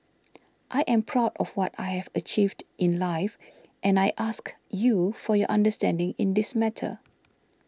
I am proud of what I have achieved in life and I ask you for your understanding in this matter